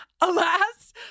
Alas